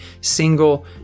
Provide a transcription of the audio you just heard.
single